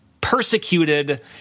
persecuted